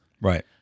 Right